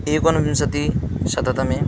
एकोनविंशतिशततमे